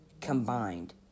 combined